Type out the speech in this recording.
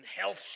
health